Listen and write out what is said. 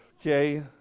Okay